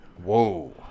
Whoa